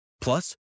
Plus